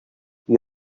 you